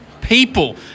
people